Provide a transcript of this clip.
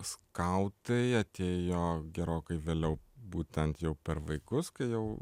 skautai atėjo gerokai vėliau būtent jau per vaikus kai jau